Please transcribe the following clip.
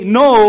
no